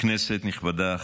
כנסת נכבדה,